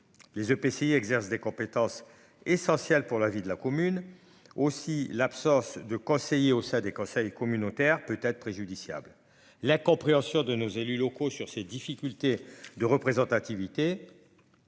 Les EPCI exerce des compétences essentielles pour la vie de la commune aussi l'absence de conseiller au sein des conseils communautaires peut être préjudiciable. La compréhension de nos élus locaux sur ses difficultés de représentativité.